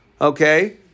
okay